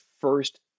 first